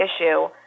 issue